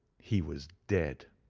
he was dead!